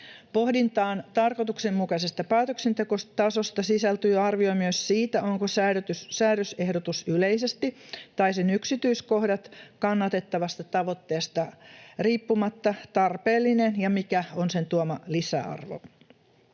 Pohdintaan tarkoituksenmukaisesta päätöksentekotasosta sisältyy arvio myös siitä, onko säädösehdotus yleisesti — tai ovatko sen yksityiskohdat — kannatettavasta tavoitteesta riippumatta tarpeellisia ja mikä on sen tuoma lisäarvo.